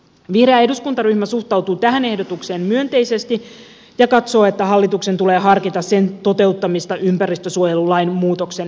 vihreä eduskuntaryhmä suhtautuu tähän ehdotukseen myönteisesti ja katsoo että hallituksen tulee harkita sen toteuttamista ympäristönsuojelulain muutoksen yhteydessä